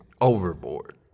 overboard